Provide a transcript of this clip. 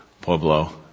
Pueblo